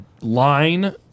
line